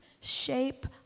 shape